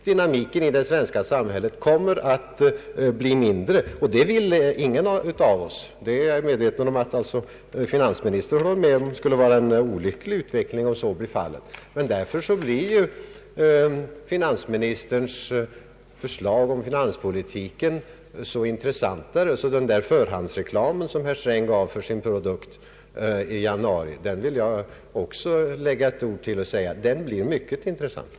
Dynamiken i det svenska samhället kommer att bli mindre, och det vill ingen av oss; jag är medveten om att finansministern instämmer i att det skulle vara en olycklig utveckling om så bleve fallet. Mot den bakgrunden blir emellertid finansministerns förslag om finanspolitiken så mycket intressantare. Den förhandsreklam som herr Sträng gjorde för sin produkt i januari vill jag därför också bidra till genom att säga: Den produkten blir mycket intressant.